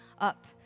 up